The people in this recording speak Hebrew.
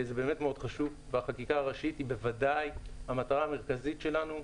זה באמת מאוד חשוב והחקיקה הראשית היא בוודאי המטרה המרכזית שלנו,